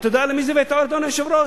אתה יודע למי זה יביא תועלת, אדוני היושב-ראש?